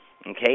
Okay